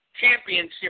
Championship